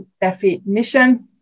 definition